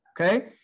Okay